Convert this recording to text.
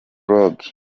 blog